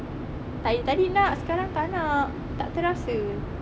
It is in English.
tanya tadi nak sekarang tak nak tak terasa